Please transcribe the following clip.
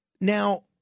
Now